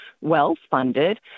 well-funded